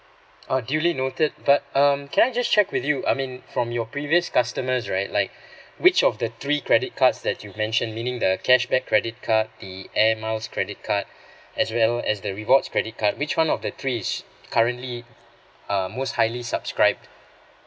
uh duly noted but um can I just check with you I mean from your previous customers right like which of the three credit cards that you mentioned meaning the cashback credit card the air miles credit card as well as the rewards credit card which one of the three is currently um most highly subscribe